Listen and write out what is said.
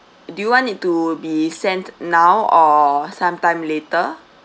do you want it to be sent now or sometime later